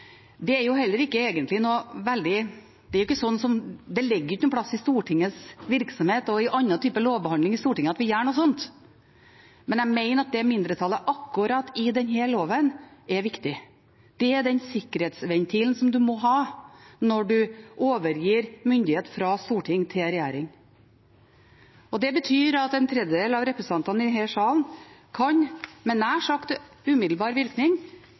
Det ligger jo ikke noe sted i Stortingets virksomhet eller i annen type lovbehandling i Stortinget at vi gjør noe slikt, men jeg mener at det mindretallet er viktig i akkurat denne loven. Det er den sikkerhetsventilen en må ha når en overgir myndighet fra storting til regjering. Og det betyr at en tredjedel av representantene i denne salen kan – med nær sagt umiddelbar virkning